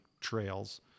trails